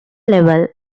level